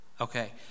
okay